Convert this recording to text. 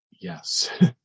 yes